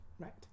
Right